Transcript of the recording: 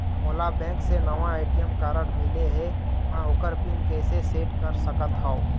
मोला बैंक से नावा ए.टी.एम कारड मिले हे, म ओकर पिन कैसे सेट कर सकत हव?